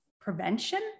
prevention